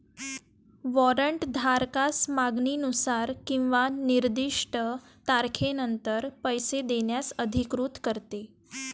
warrant धारकास मागणीनुसार किंवा निर्दिष्ट तारखेनंतर पैसे देण्यास अधिकृत करते